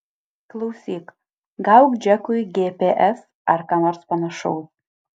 klausyk gauk džekui gps ar ką nors panašaus